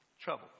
trouble